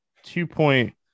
two-point